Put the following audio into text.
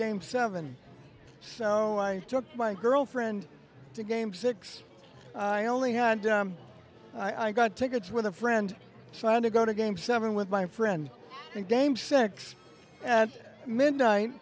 game seven so i took my girlfriend to game six i only had i got tickets with a friend so i had to go to game seven with my friend in game six at midnight